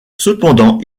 cependant